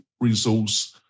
resource